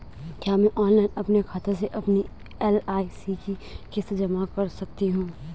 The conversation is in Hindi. क्या मैं ऑनलाइन अपने खाते से अपनी एल.आई.सी की किश्त जमा कर सकती हूँ?